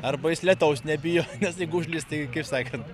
arba jis lietaus nebijo nes jeigu užlis tai kaip sakant